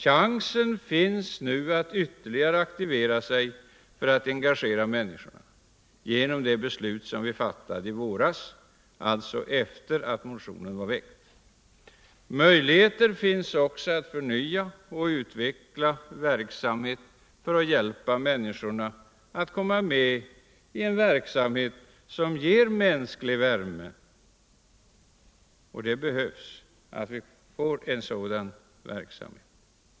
Genom riksdagsbeslutet i våras, alltså efter det att motionen var väckt, har man nu chans att ytterligare aktivera sig för att engagera människorna. Möjligheter finns också att förnya och utveckla verksamheten så att den innehåller inslag av mänsklig värme. Det behövs också sådan verksamhet.